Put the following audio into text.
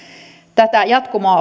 tätä jatkumoa